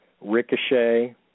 Ricochet